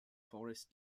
forest